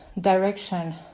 direction